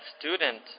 student